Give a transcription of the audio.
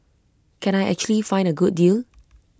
can I actually find A good deal